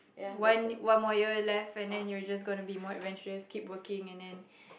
one one more year left and then you're just going to be more adventurous keep working and then